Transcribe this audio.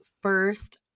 first